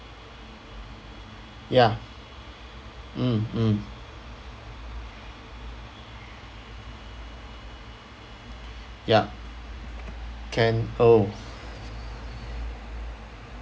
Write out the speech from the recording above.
ya mm mm ya can oh